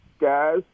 guys